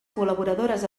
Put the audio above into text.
col·laboradores